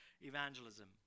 evangelism